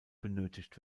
benötigt